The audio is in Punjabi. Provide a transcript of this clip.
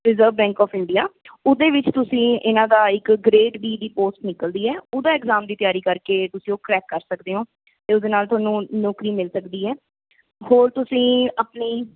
ਰਿਜ਼ਰਵ ਬੈਂਕ ਆਫ ਇੰਡੀਆ ਉਹਦੇ ਵਿੱਚ ਤੁਸੀਂ ਇਹਨਾਂ ਦਾ ਇੱਕ ਗ੍ਰੇਡ ਬੀ ਦੀ ਪੋਸਟ ਨਿਕਲਦੀ ਹੈ ਉਹਦਾ ਐਗਜ਼ਾਮ ਦੀ ਤਿਆਰੀ ਕਰਕੇ ਤੁਸੀਂ ਉਹ ਕਰੈਕ ਕਰ ਸਕਦੇ ਹੋ ਅਤੇ ਉਸਦੇ ਨਾਲ ਤੁਹਾਨੂੰ ਨੌਕਰੀ ਮਿਲ ਸਕਦੀ ਹੈ ਹੋਰ ਤੁਸੀਂ ਆਪਣੀ